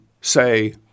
say